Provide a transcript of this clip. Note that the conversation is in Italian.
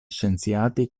scienziati